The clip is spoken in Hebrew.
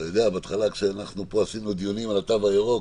בתחילה כשעשינו דיונים לגבי התו הירוק